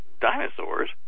dinosaurs